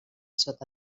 sota